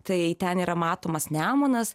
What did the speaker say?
tai ten yra matomas nemunas